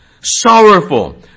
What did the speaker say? sorrowful